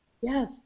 Yes